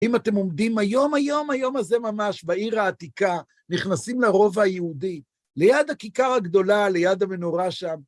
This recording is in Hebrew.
אם אתם עומדים היום היום היום הזה ממש בעיר העתיקה, נכנסים לרובע היהודי, ליד הכיכר הגדולה, ליד המנורה שם,